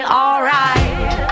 alright